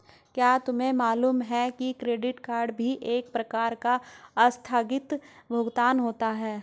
क्या तुम्हें मालूम है कि क्रेडिट भी एक प्रकार का आस्थगित भुगतान होता है?